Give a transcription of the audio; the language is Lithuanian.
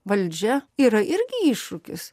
valdžia yra irgi iššūkis